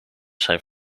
zijn